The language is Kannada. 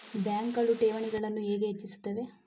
ಬ್ಯಾಂಕುಗಳು ಠೇವಣಿಗಳನ್ನು ಹೇಗೆ ಹೆಚ್ಚಿಸುತ್ತವೆ?